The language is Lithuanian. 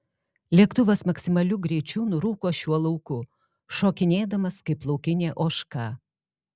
lėktuvas maksimaliu greičiu nurūko šiuo lauku šokinėdamas kaip laukinė ožka